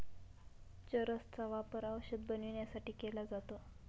चरस चा वापर औषध बनवण्यासाठी केला जातो